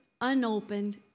unopened